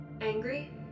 Angry